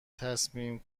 تصمیم